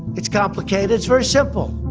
it's complicated. it's very simple.